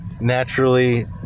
Naturally